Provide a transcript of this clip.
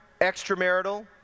extramarital